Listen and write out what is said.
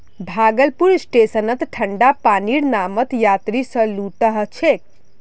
भागलपुर स्टेशनत ठंडा पानीर नामत यात्रि स लूट ह छेक